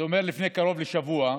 זה אומר לפני קרוב לשבוע,